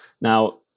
now